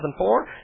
2004